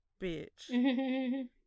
bitch